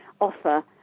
offer